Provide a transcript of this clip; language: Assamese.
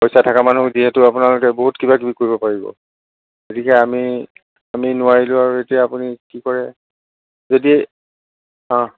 পইচা থকা মানুহ যিহেতু আপোনালোকে বহুত কিবা কিবি কৰিব পাৰিব গতিকে আমি আমি নোৱাৰিলোঁ আৰু এতিয়া আপুনি কি কৰে যদি অ'